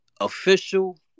official